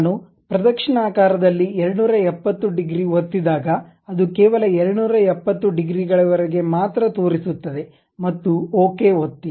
ನಾನು ಪ್ರದಕ್ಷಿಣಾಕಾರದಲ್ಲಿ 270 ಡಿಗ್ರಿ ಒತ್ತಿದಾಗ ಅದು ಕೇವಲ 270 ಡಿಗ್ರಿ ಗಳವರೆಗೆ ಮಾತ್ರ ತೋರಿಸುತ್ತದೆ ಮತ್ತು ಓಕೆ ಒತ್ತಿ